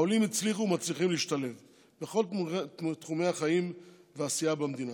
העולים הצליחו ומצליחים להשתלב בכל תחומי החיים והעשייה במדינה: